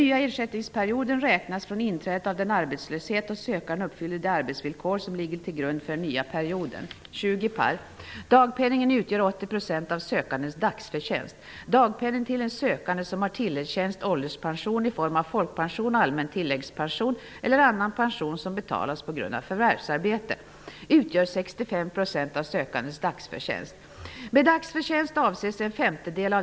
Ju längre tiden har gått efter det att regeringen lämnade över förslaget till en ny a-kassa att behandlas av riksdagen, desto mer ofullständigt och orättvist har det visat sig vara. I vår motion A79 har vi förordat att den nya akassan skall vara en allmän försäkring.